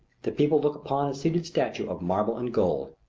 the people look upon a seated statue of marble and gold.